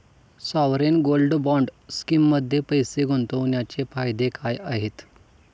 Sovereign gold bond स्कीममध्ये पैसे गुंतवण्याचे फायदे काय आहेत?